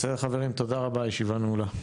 בסדר חברים, תודה רבה, הישיבה נעולה.